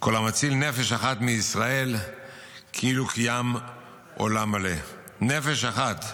"כל המציל נפש אחת מישראל כאילו קיים עולם מלא" נפש אחת.